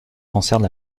concerne